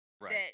Right